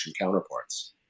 counterparts